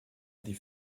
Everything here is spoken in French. des